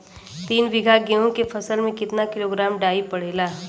तीन बिघा गेहूँ के फसल मे कितना किलोग्राम डाई पड़ेला?